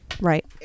Right